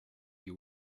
you